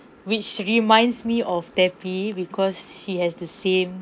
which reminds me of tappy because he has the same